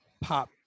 pop